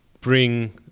bring